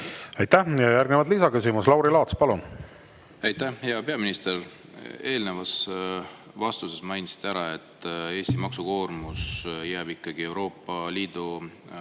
Aitäh! Järgnevalt lisaküsimus. Lauri Laats, palun! Aitäh! Hea peaminister! Eelnevas vastuses mainisite ära, et Eesti maksukoormus jääb ikkagi alla Euroopa Liidu keskmise.